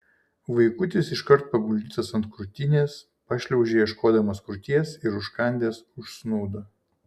vaikutis iškart paguldytas ant krūtinės pašliaužė ieškodamas krūties ir užkandęs užsnūdo